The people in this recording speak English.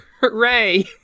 Hooray